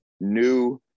new